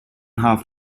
half